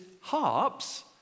harps